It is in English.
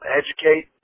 educate